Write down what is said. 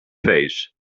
face